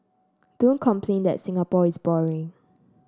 don't complain that Singapore is boring